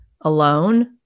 alone